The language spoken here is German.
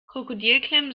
krokodilklemmen